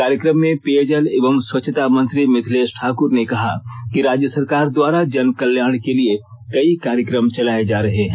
कार्यक्रम में पेय जल एवं स्वच्छता मंत्री मिथलेष ठाकुर ने कहा कि राज्य सरकार द्वारा जन कल्याण के लिए कई कार्यक्रम चलाये जा रहे हैं